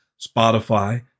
Spotify